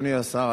אדוני השר,